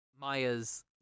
Maya's